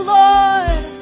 lord